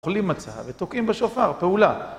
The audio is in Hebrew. אוכלים מצה, ותוקעים בשופר, פעולה.